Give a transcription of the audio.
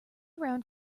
round